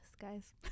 guys